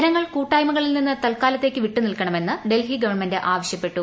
ജനങ്ങൾ കൂട്ടായ്മകളിൽ നിന്ന് തൽക്കാലത്തേയ്ക്ക് വിട്ടുനിൽക്കണമെന്ന് ഡൽഹി ഗവൺമെന്റ് ആവശ്യപ്പെട്ടു